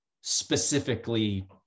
specifically